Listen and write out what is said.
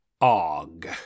Og